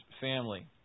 family